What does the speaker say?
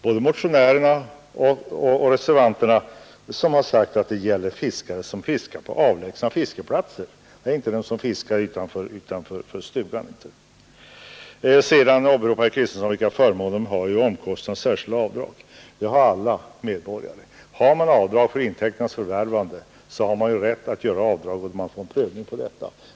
Både motionärerna och vi reservanter har också sagt att det gäller fiskare som fiskar på avlägsna fiskeplatser — det är inte fråga om dem som fiskar utanför stugan. Herr Kristenson åberopade vilka förmåner fiskarna skulle ha när det gäller att få göra avdrag för omkostnader. Ja, dessa möjligheter har ju alla medborgare. Har man omkostnader för intäkternas förvärvande har man rätt att göra avdrag och få detta prövat.